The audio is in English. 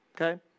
Okay